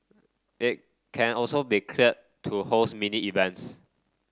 it can also be cleared to host mini events